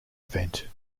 event